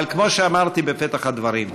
אבל כמו שאמרתי בפתח הדברים,